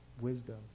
wisdom